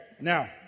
now